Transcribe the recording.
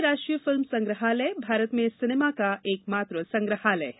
भारतीय राष्ट्रीय फिल्म संग्रहालय भारत में सिनेमा का एकमात्र संग्रहालय है